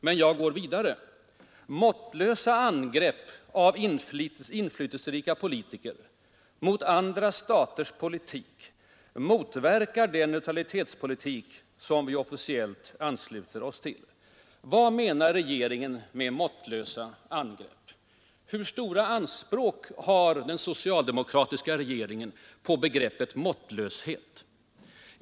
Men jag går vidare: ”Måttlösa angrepp av inflytelserika politiker mot andra staters politik motverkar den neutralitetspolitik som vi officiellt ansluter oss till.” Vad menar regeringen med ”måttlösa angrepp”? Hur stora anspråk har den socialdemokratiska regeringen på begreppet ”måttlöshet”?